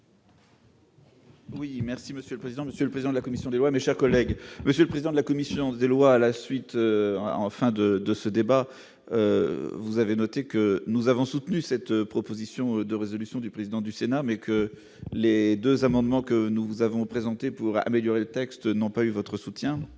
Oui merci monsieur le président, Monsieur le président de la commission des lois, mes chers collègues, monsieur le président de la commission des lois à la suite, enfin de de ce débat, vous avez noté que nous avons soutenu cette proposition de résolution du président du Sénat, mais que les 2 amendements que nous vous avons présenté pour améliorer le texte, n'ont pas eu votre soutien,